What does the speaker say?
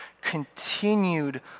continued